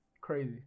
Crazy